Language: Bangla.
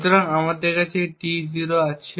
সুতরাং আমাদের কাছে T0 আছে